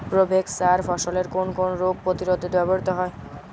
Provex সার ফসলের কোন কোন রোগ প্রতিরোধে ব্যবহৃত হয়?